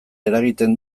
eragiten